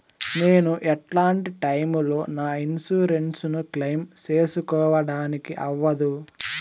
నేను ఎట్లాంటి టైములో నా ఇన్సూరెన్సు ను క్లెయిమ్ సేసుకోవడానికి అవ్వదు?